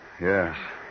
Yes